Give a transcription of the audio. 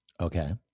Okay